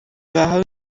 bahawe